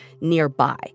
nearby